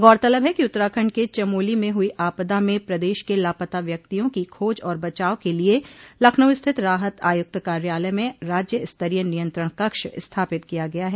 गौरतलब है कि उत्तराखंड के चमोली में हुई आपदा में प्रदेश के लापता व्यक्तियों के खोज और बचाव के लिये लखनऊ स्थित राहत आयुक्त कार्यालय में राज्य स्तरीय नियंत्रण कक्ष स्थापित किया गया है